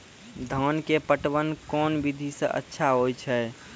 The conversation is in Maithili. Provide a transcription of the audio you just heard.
धान के पटवन कोन विधि सै अच्छा होय छै?